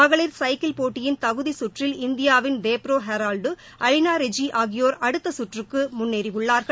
மகளிர் சைக்கிள் போட்டியின் தகுதி கற்றில் இந்தியாவின் தேப்ரோ ஹேரால்டு அவினா ரெஜி ஆகியோர் அடுத்த சுற்றுக்கு முன்னேறியுள்ளார்கள்